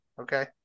Okay